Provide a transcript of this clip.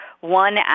one